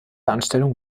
anstellung